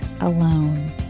alone